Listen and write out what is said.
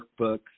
workbooks